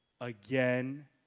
again